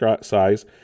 size